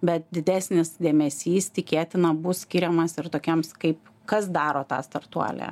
bet didesnis dėmesys tikėtina bus skiriamas ir tokiems kaip kas daro tą startuolį